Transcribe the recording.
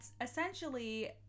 essentially